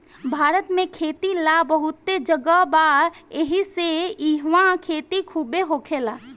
भारत में खेती ला बहुते जगह बा एहिसे इहवा खेती खुबे होखेला